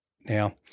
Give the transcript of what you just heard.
Now